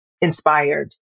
inspired